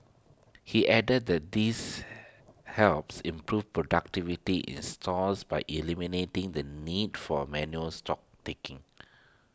he added that this helps improve productivity in stores by eliminating the need for manual stock taking